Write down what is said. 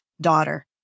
daughter